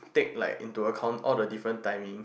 take like into account all the different timing